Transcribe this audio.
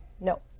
No